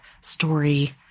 story